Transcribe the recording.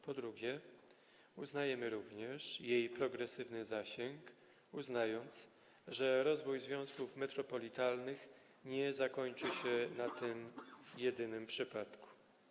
Po drugie, uznajemy również progresywny zasięg tej ustawy, uznając, że rozwój związków metropolitalnych nie zakończy się na tym jedynym przypadku.